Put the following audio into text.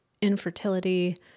infertility